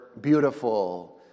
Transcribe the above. beautiful